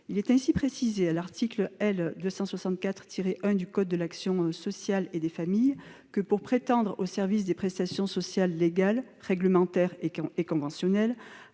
stable. Ainsi, l'article L. 264-1 du code de l'action sociale et des familles prévoit que, « pour prétendre au service des prestations sociales légales, réglementaires et conventionnelles,